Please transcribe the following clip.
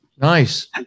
Nice